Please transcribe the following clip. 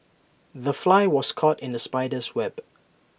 the fly was caught in the spider's web